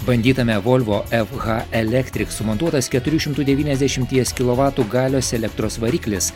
bandytame volvo f h electric sumontuotas keturių šimtų devyniasdešimties kilovatų galios elektros variklis